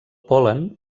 pol·len